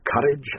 courage